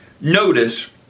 Notice